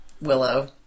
Willow